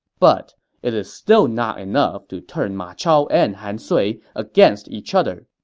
but it's still not enough to turn ma chao and han sui against each other.